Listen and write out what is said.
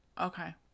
Okay